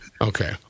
Okay